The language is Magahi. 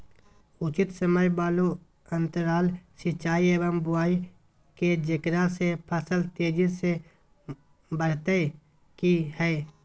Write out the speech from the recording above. उचित समय वाले अंतराल सिंचाई एवं बुआई के जेकरा से फसल तेजी से बढ़तै कि हेय?